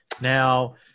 Now